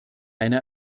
eine